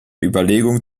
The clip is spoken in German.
überlegung